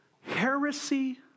heresy